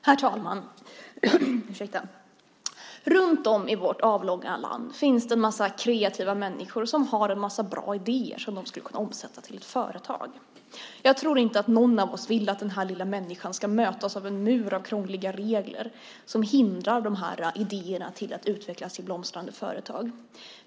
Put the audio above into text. Herr talman! Runt om i vårt avlånga land finns det en massa kreativa människor som har bra idéer som de skulle kunna omsätta till ett företag. Jag tror inte att någon av oss vill att den lilla människan ska mötas av en mur av krångliga regler som hindrar idéerna att utvecklas till blomstrande företag.